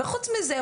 חוץ מזה,